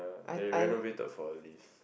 they renovated for a lift